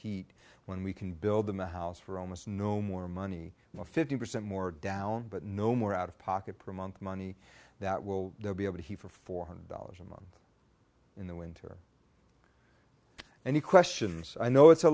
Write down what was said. heat when we can build them a house for almost no more money more fifty percent more down but no more out of pocket per month money that will be able to heat for four hundred dollars a month in the winter any questions i know it's a